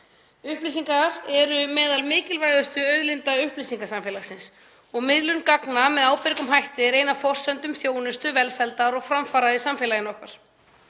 Upplýsingar eru meðal mikilvægustu auðlinda upplýsingasamfélagsins og miðlun gagna með ábyrgum hætti er ein af forsendum þjónustu, velsældar og framfara í samfélagi okkar.